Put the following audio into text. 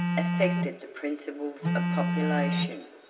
affected the principles of population,